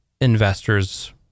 investors